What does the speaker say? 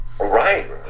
Right